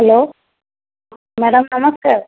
hello madam ନମସ୍କାର